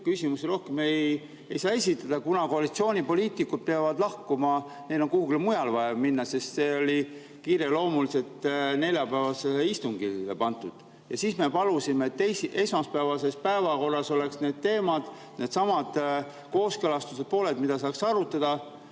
küsimusi rohkem esitada ei saa, kuna koalitsioonipoliitikud peavad lahkuma, neil on kuhugi mujale vaja minna. See [kohtumine] oli kiireloomuliselt neljapäevasele istungile pandud. Ja siis me palusime, et esmaspäevases päevakorras oleks need teemad, needsamad kooskõlastused, mida saaks arutada.